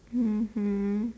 mmhmm